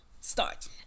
start